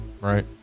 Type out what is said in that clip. Right